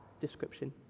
description